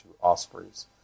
Ospreys